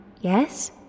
yes